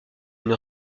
une